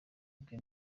bwe